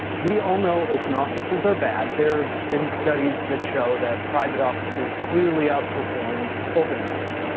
we all know open offices are bad. there've been studies that show that private offices clearly outperformed open ones.